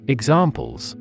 Examples